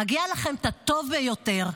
מגיע לכם את הטוב ביותר.